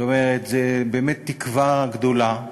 זאת אומרת, זו באמת תקווה גדולה,